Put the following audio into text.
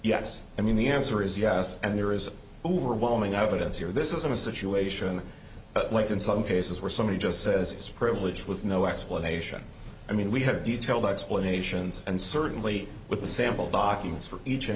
yes i mean the answer is yes and there is overwhelming evidence here this isn't a situation like in some cases where somebody just says it's a privilege with no explanation i mean we have detailed explanations and certainly with the sample documents for each and